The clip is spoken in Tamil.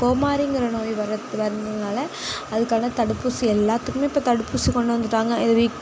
கோமாரிங்கிற நோய் வரத் வந்தனால் அதுக்கான தடுப்பூசி எல்லாத்துக்குமே இப்போ தடுப்பூசி கொண்டு வந்துவிட்டாங்க இது வீக்